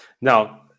Now